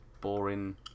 boring